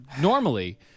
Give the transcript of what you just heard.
normally